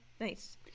nice